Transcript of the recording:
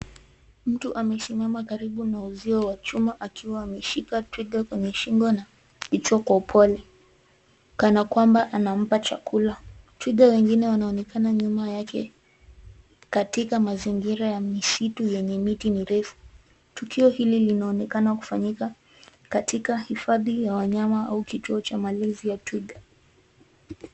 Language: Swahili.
Mtu amesimama karibu na uzio wa chuma akiwa ameshika twiga kwenyeashingo na kichwa kwa upole kanakwamba anampa chakula. Twiga wengine wanaonekana nyuma yake katika mazingira ya misitu yenye miti mirefu. Tukio hili linaonekana kufanyika katika hifadhi ya wanyama au kituo cha malezi ya twiga.